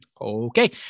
Okay